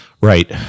Right